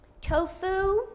tofu